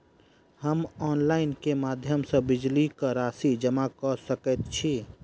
हम ऑनलाइन केँ माध्यम सँ बिजली कऽ राशि जमा कऽ सकैत छी?